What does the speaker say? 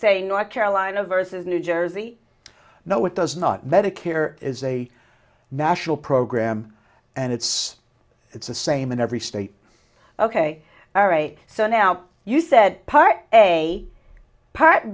say north carolina versus new jersey no it does not medicare is a national program and it's it's the same in every state ok all right so now you said part a p